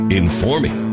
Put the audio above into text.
informing